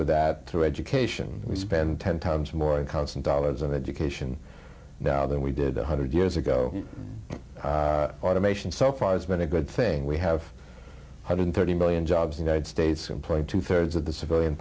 with that through education we spend ten times more in constant dollars of education now than we did one hundred years ago automation so far has been a good thing we have a hundred thirty million jobs the united states employing two thirds of the civilian